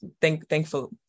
thankful